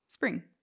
Spring